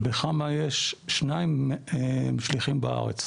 בחמ"ע יש שניים, שליחים בארץ.